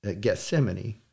Gethsemane